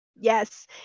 Yes